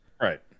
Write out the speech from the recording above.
Right